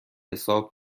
حساب